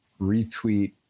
retweet